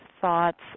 thoughts